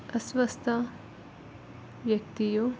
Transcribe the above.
ಅಸ್ವಸ್ಥ ವ್ಯಕ್ತಿಯು